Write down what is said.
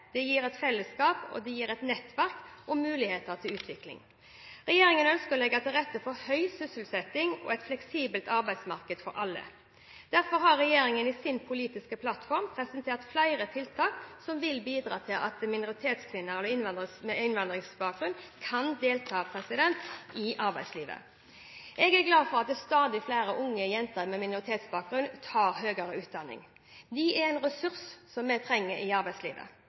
fellesskap, nettverk og mulighet til utvikling. Regjeringen ønsker å legge til rette for høy sysselsetting og et fleksibelt arbeidsmarked for alle. Derfor har regjeringen i sin politiske plattform presentert flere tiltak som vil bidra til at flere kvinner med innvandrerbakgrunn kan delta i arbeidslivet. Jeg er glad for at stadig flere unge jenter med minoritetsbakgrunn tar høyere utdanning. De er en ressurs som vi trenger i arbeidslivet,